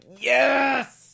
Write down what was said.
yes